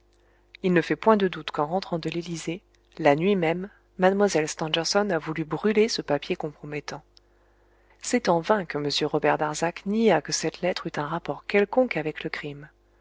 il ne fait point de doute qu'en rentrant de l'élysée la nuit même mlle stangerson a voulu brûler ce papier compromettant c'est en vain que m robert darzac nia que cette lettre eût un rapport quelconque avec le crime